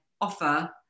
offer